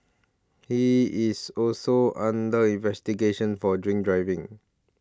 he is also under investigation for drink driving